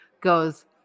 goes